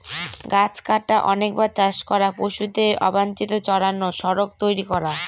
গাছ কাটা, অনেকবার চাষ করা, পশুদের অবাঞ্চিত চড়ানো, সড়ক তৈরী করা